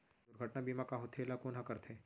दुर्घटना बीमा का होथे, एला कोन ह करथे?